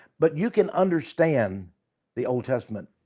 but you can understand the old testament